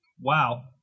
Wow